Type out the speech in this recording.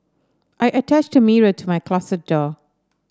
I attached a mirror to my closet door